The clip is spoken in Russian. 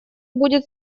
будет